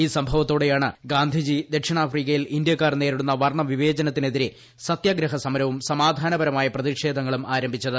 ഈ സംഭവത്തോടെയാണ് ഗാന്ധിജി ദക്ഷിണാഫ്രിക്കയിൽ ഇന്ത്യാക്കാർ നേരിടുന്ന വർണ്ണവിവേചനത്തിനെതിരെ സത്യഗ്രഹ സമരവും സമാധാനപരമായ പ്രതിഷേധങ്ങളും ആരംഭിച്ചത്